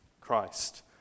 Christ